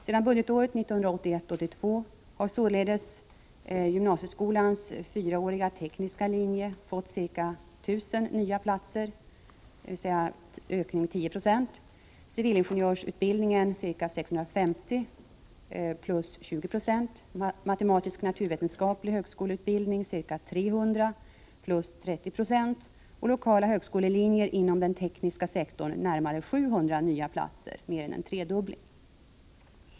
Sedan budgetåret 1981/82 har således gymnasieskolans fyraåriga tekniska linje fått ca 1 000 nya platser, en ökning med 10 96, civilingenjörsutbildningen ca 650, en ökning med 20 I, matematisk-naturvetenskaplig högskoleutbildning ca 300, en ökning med 30 96, och lokala högskolelinjer inom den tekniska sektorn närmare 700 nya platser, vilket är mer än en tredubbling.